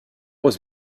was